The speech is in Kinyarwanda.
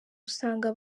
usanga